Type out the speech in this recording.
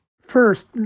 First